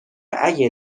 اگه